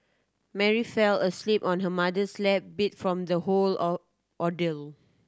Mary fell asleep on her mother's lap beat from the whole or ordeal